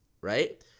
right